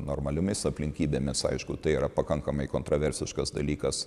normaliomis aplinkybėmis aišku tai yra pakankamai kontroversiškas dalykas